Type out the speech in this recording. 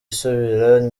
isubira